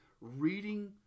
reading